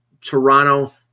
Toronto